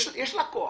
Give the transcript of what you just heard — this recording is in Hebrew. יש לה כוח.